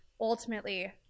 ultimately